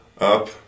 up